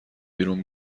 بیرون